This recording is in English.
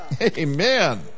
Amen